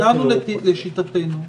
לשיטתנו,